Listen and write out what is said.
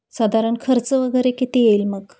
साधारण खर्च वगैरे किती येईल मग